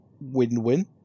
win-win